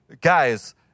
guys